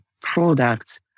products